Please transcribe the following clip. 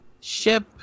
ship